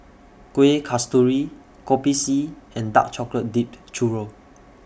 Kuih Kasturi Kopi C and Dark Chocolate Dipped Churro